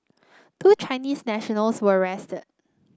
two Chinese nationals were arrested